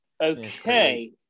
Okay